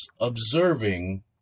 Observing